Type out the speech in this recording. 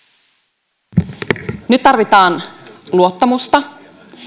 arvoisa puhemies nyt tarvitaan luottamusta